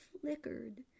flickered